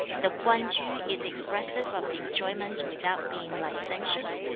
the kwan tsu is expressive of enjoyment without being licentious,